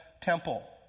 temple